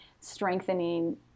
strengthening